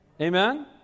Amen